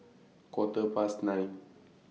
Quarter Past nine